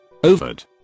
Overed